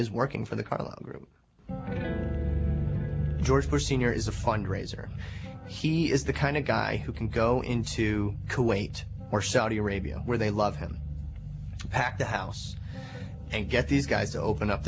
is working for the carlyle group george bush sr is a fund raiser he is the kind of guy who can go into kuwait or saudi arabia where they love him back the house and get these guys open up